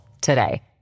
today